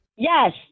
Yes